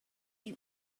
you